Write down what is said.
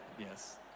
Yes